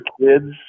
kids